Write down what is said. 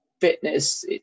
fitness